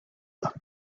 bas